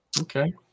okay